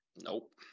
Nope